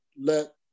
let